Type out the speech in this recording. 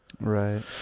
Right